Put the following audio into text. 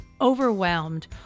overwhelmed